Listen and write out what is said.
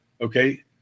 okay